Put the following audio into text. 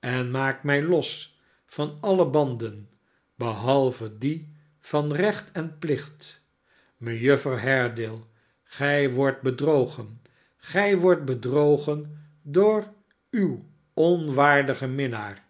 en maak mij los van alle banden behalve die van recht en plicht mejuffer haredale gij wordt bedrogen gij wordt bedrogen door uw onwaardigen minnaar